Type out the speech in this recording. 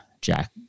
jack